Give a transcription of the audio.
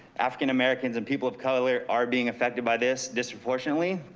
african americans and people of color are being affected by this disproportionately.